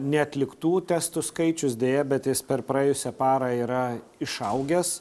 neatliktų testų skaičius deja bet jis per praėjusią parą yra išaugęs